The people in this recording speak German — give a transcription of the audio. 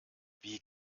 wie